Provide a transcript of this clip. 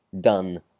done